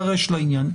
אז אנחנו דואגים לחינם.